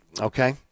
Okay